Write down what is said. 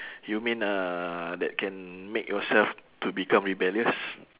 you mean uh that can make yourself to become rebellious